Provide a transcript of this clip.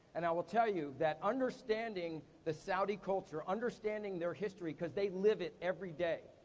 and i will tell you that understanding the saudi culture, understanding their history, cause they live it everyday,